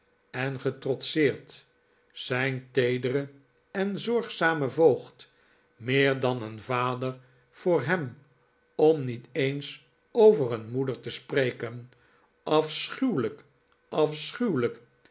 en getrotseerd zijn teederen en zorgzamen voogd meer dan een vader voor hem om nieteens over een moeder te spreken afschuwelijk afschuwelijk